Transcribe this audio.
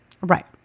Right